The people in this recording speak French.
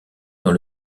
dans